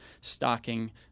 stocking